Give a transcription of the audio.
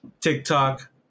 TikTok